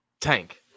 Tank